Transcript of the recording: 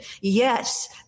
yes